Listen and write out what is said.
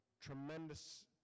tremendous